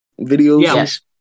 videos